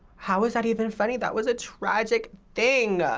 how is that even funny? that was a tragic thing.